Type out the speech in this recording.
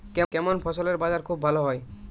কেমন ফসলের বাজার খুব ভালো হয়?